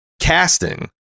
casting